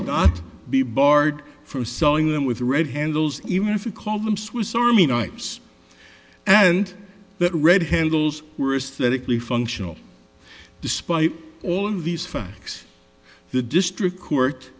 not be barred from selling them with red handles even if you call them swiss army knife and that red handles worse that it be functional despite all of these facts the district court